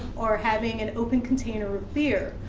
or having an open container of beer,